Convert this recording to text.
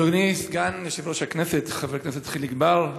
אדוני סגן יושב-ראש הכנסת חבר הכנסת חיליק בר,